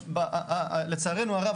לצערנו הרב,